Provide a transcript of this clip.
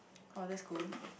oh that's cool